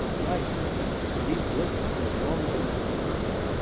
life and these lips have long been separated.